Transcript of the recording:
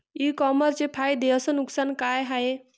इ कामर्सचे फायदे अस नुकसान का हाये